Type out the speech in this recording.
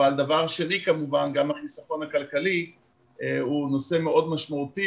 אבל דבר שני כמובן גם החיסכון הכלכלי הוא נושא מאוד משמעותי